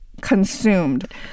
consumed